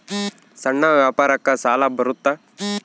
ಸಣ್ಣ ವ್ಯಾಪಾರಕ್ಕ ಸಾಲ ಬರುತ್ತಾ?